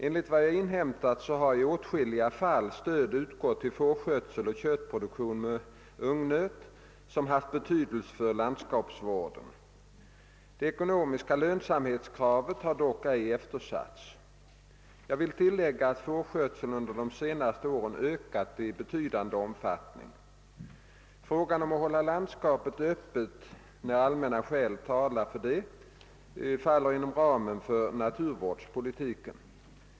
Enligt vad jag inhämtat har i åtskilliga fall stöd utgått till fårskötsel och köttproduktion med ungnöt som haft betydelse för landskapsvården. Det ekonomiska lönsamhetskravet har dock ej eftersatts. Jag vill tillägga att fårskötseln under de senaste åren ökat i betydande omfattning. Frågan om att hålla landskapet Öppet när allmänna skäl talar för detta faller inom ramen för naturvårdspolitiken.